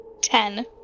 Ten